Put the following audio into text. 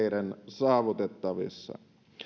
saavutettavissa